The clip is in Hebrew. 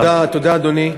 תודה, אדוני.